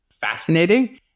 fascinating